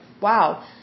wow